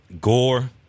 Gore